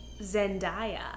Zendaya